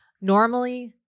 normally